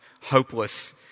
hopeless